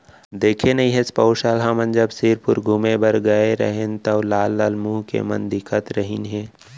देखे नइ हस पउर साल हमन जब सिरपुर घूमें बर गए रहेन तौ लाल लाल मुंह के मन दिखत रहिन हे